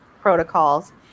protocols